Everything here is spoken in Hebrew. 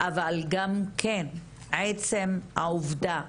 אבל גם עצם העובדה